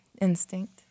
Instinct